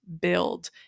build